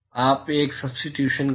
आप एक सब्स्टिट्यूशन करें